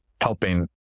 helping